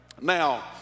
Now